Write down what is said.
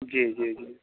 जी जी जी